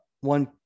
one